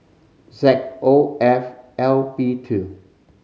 Z O F L P two